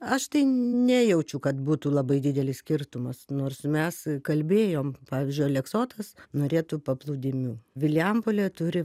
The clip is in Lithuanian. aš tai nejaučiu kad būtų labai didelis skirtumas nors mes kalbėjom pavyzdžiui aleksotas norėtų paplūdimių vilijampolė turi